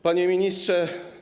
Panie Ministrze!